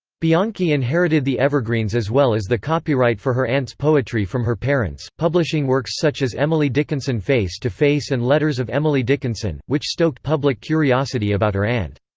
bianchi inherited the evergreens as well as the copyright for her aunt's poetry from her parents, publishing works such as emily dickinson face to face and letters of emily dickinson, which stoked public curiosity about her aunt.